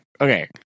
okay